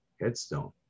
headstone